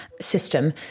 system